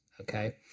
Okay